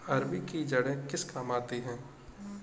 अरबी की जड़ें किस काम आती हैं?